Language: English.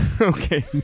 Okay